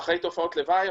אחרי תופעות לוואי,